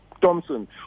thompson